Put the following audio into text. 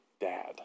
dad